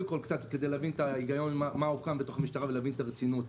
כדי להבין האת ההיגיון מה הוקם בתוך המשטרה ולהבין את הרצינות.